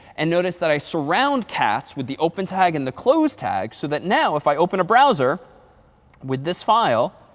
and notice that i surround cats with the open tag and the close tags. so that now if i open a browser with this file,